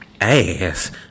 Ass